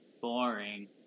Boring